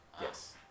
Yes